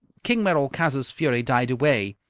king merolchazzar's fury died away.